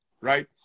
right